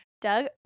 Doug